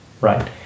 right